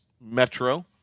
Metro